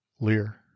Lear